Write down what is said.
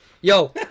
Yo